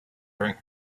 during